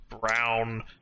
brown